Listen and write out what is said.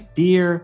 dear